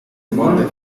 molde